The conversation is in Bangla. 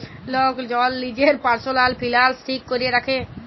লক জল লিজের পারসলাল ফিলালস ঠিক ক্যরে রাখে